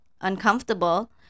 uncomfortable